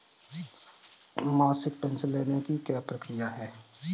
मासिक पेंशन लेने की क्या प्रक्रिया है?